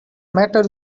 matter